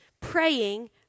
praying